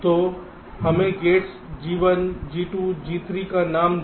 तो हमें gates G1 G2 G3 का नाम दें